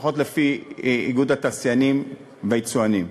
לפחות לפי איגוד התעשיינים והיצואנים,